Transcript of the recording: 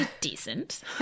decent